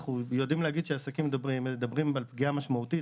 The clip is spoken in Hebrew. שהעסקים מדברים על פגיעה משמעותית,